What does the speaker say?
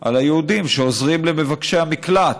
על היהודים שעוזרים למבקשי המקלט,